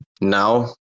now